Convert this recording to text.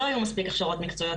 לא היו מספיק הכשרות מקצועיות,